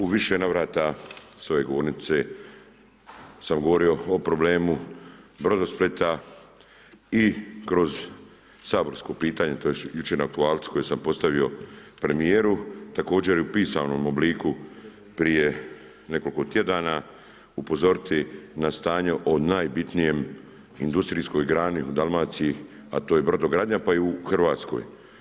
U više navrata s ove govornice, sam govorio o problemu Brodosplita i kroz saborsko pitanje, tj. jučer na aktualcu koje sam postavio u premjeru, također i u pisanom obliku, prije nekoliko tjedana upozoriti na stanje o najbitnijem industrijskoj grani u Dalmaciji, a to je brodogradnja a i u Hrvatskoj.